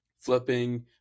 flipping